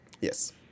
Yes